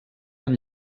amb